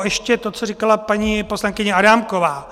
Ještě to, co říkala paní poslankyně Adámková.